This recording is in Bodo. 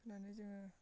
फुननानै जोङो